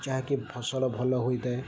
ଯାହାକି ଫସଲ ଭଲ ହୋଇଥାଏ